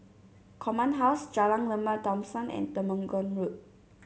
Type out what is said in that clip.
Command House Jalan Lembah Thomson and Temenggong Road